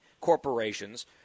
corporations